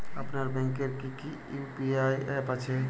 আপনার ব্যাংকের কি কি ইউ.পি.আই অ্যাপ আছে?